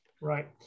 Right